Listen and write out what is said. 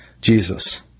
Jesus